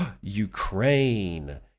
Ukraine